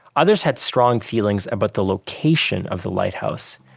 others had strong feelings about the location of the lighthouse.